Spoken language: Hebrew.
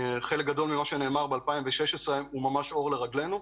חלק גדול ממה שנאמר ב-2016 הוא ממש נר לרגלנו.